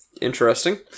interesting